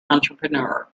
entrepreneur